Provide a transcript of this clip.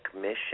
mission